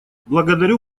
благодарю